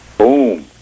Boom